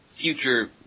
future